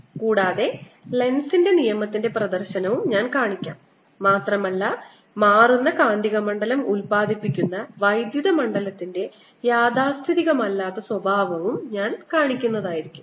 കൂടാതെ ലെൻസിന്റെ നിയമത്തിന്റെ പ്രദർശനം ഞാൻ കാണിച്ചുതരും മാത്രമല്ല മാറുന്ന കാന്തികമണ്ഡലം ഉൽപാദിപ്പിക്കുന്ന വൈദ്യുത മണ്ഡലത്തിന്റെ യാഥാസ്ഥിതികമല്ലാത്ത സ്വഭാവവും ഞാൻ കാണിക്കുന്നതായിരിക്കും